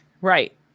right